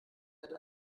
erde